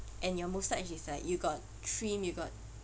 and your moustache is like you got trim you got